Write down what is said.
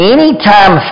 Anytime